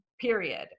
period